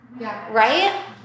Right